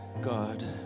God